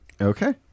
Okay